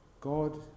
God